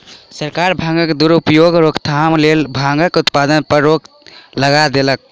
सरकार भांगक दुरुपयोगक रोकथामक लेल भांगक उत्पादन पर रोक लगा देलक